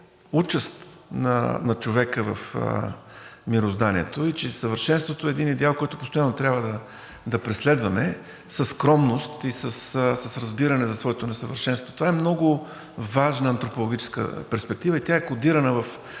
участ на човека в мирозданието и че съвършенството е един идеал, който постоянно трябва да преследваме със скромност и с разбиране за своето несъвършенство. Това е много важна антропологическа перспектива и тя е кодирана в